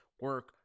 Work